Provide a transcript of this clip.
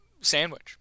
sandwich